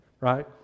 right